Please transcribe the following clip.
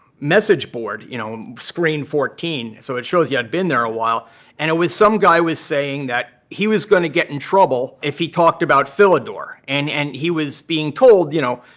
message board you know, screen fourteen, so it shows you i'd been there a while and it was some guy was saying that he was going to get in trouble if he talked about philidor. and and he was being told, you know,